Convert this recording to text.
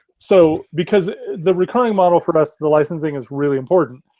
so, because the recurring model for us, the licensing is really important.